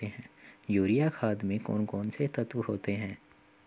Urea खाद में कौन कौन से तत्व होते हैं?